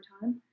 time